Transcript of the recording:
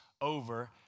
over